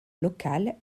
local